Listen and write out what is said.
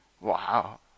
Wow